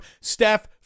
Steph